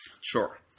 Sure